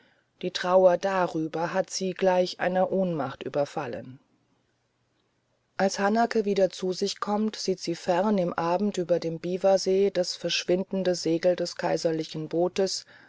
die trauer darüber hat sie gleich einer ohnmacht überfallen als hanake wieder zu sich kommt sieht sie fern im abend über dem biwasee das verschwindende segel des kaiserlichen bootes